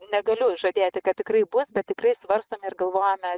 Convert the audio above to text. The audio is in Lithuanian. negaliu žadėti kad tikrai bus bet tikrai svarstome ir galvojame